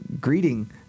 greeting